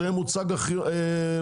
זה יהיה מוצג מוזיאוני.